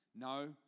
No